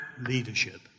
leadership